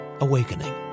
awakening